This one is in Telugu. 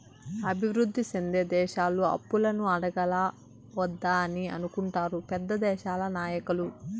అభివృద్ధి సెందే దేశాలు అప్పులను అడగాలా వద్దా అని అనుకుంటారు పెద్ద దేశాల నాయకులు